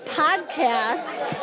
podcast